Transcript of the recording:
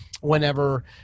whenever